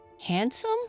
Handsome